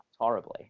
horribly